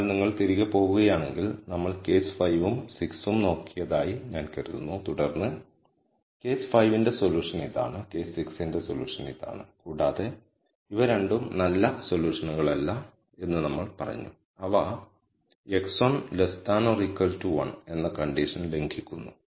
അതിനാൽ നിങ്ങൾ തിരികെ പോകുകയാണെങ്കിൽ നമ്മൾ കേസ് 5 ഉം 6 ഉം നോക്കിയതായി ഞാൻ കരുതുന്നു തുടർന്ന് കേസ് 5 ന്റെ സൊല്യൂഷൻ ഇതാണ് കേസ് 6 ന്റെ സൊല്യൂഷൻ ഇതാണ് കൂടാതെ ഇവ രണ്ടും നല്ല സൊല്യൂഷനുകളല്ല എന്നു നമ്മൾ പറഞ്ഞു കാരണം അവ x11 എന്ന കണ്ടീഷൻ ലംഘിക്കുന്നു